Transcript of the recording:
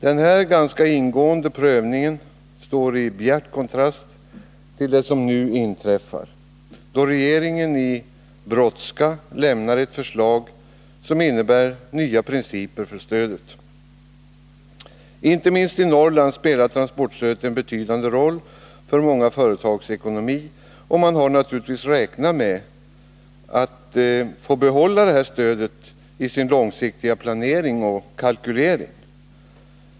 Denna ganska ingående prövning står i bjärt kontrast till det som nu inträffar då regeringen i brådska lämnar ett förslag som innebär nya principer för stödet. Inte minst i Norrland spelar transportstödet en betydande roll för många företags ekonomi, och man har naturligtvis räknat med att få behålla detta stöd i sin långsiktiga planering och kalkylering.